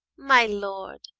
my lord,